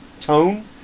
Tone